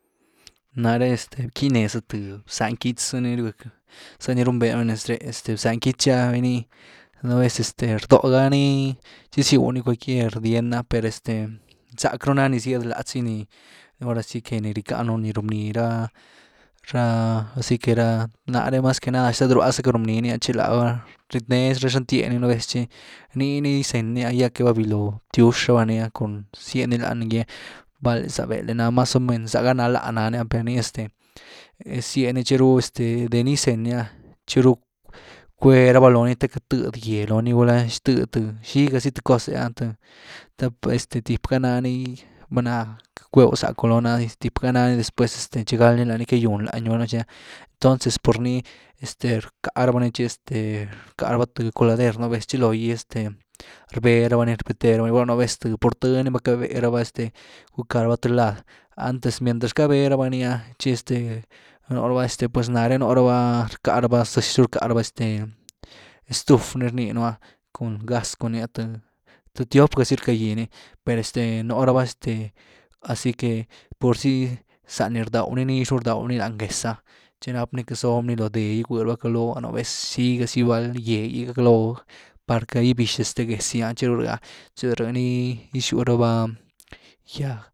Náre este bquyny neeza th bzá quitz zëh ni rywgëck zyni riwnbee nu ni nez reh, bzá quitz gy ah bëeyni nú vez rdógá ni txizyw nii cualquier diend’ah per este. nzack ru na nii zyed latz gy, ni ahora si que ni ryockáhnu nii run bnira ra-ra ahora si que, nare mas que nada xtad-róah zaca run bny ni ah txi lába, rietnee xnantía nii nú vez txi nii ni rzenny ni ah ya que va viló btywx ra bá lany ah cun zyed ni lany gy. vla zá beld’e nany mas o men. zá gá ná láh’ nany per nii este zyed ni txiru, este de ni gy zenny ni ah txiru cwee raba lony te queity tëedy gýee lo ni gulá xi tëedy th xigazy th cos’e ah th este tip gá nani vëld ná queity ckwew zacu loonii, este tip gá nani después este xi gál nii lany cagywn láhanyw, entonces por nii este rcá rabani txi este rcká rabá th colader nú vez txi loo gy este. rbee raba ni, rbetee raba ni. gulá nú vez th por thny va cabée rabá este ckwkaa raba th lad, antes mientras cabee raba nii ah txi este núh raba este pues nare nuraba rcá raba. Zëzy ruu rcá raba este estuf ni rnii un’ah cun gas cun ni ha the ni th-tiop gazy rcagýni per este nú raba este ahora si que por sy, zá ni rdaw nii, nix ru rdaw ni lany géez ah txi nap´ni ueit zoob ni loo dee gy gwë’raba caloo, nú vez xii gazy bald gýee’gy caloo, par queit gybyx géez gy ah txi de ry’ah, txi de ryni gyzyw rabá gýaag.